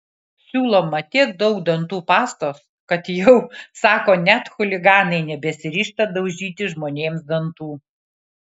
siūloma tiek daug dantų pastos kad jau sako net chuliganai nebesiryžta daužyti žmonėms dantų